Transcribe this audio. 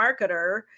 Marketer